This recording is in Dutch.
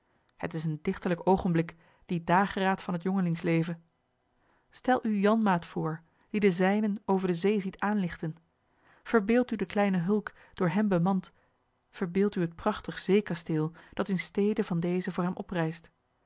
het is een dichterlijk oogenblik die dageraad van het jongelingsleven stel u janmaat voor die den zijnen over de zee ziet aanlichten verbeeld u de kleine hulk door hem bemand verbeeld u het prachtig zeekasteel dat in stede van deze voor hem oprijst